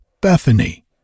Bethany